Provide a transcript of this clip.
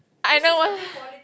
I don't want